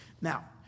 Now